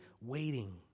waiting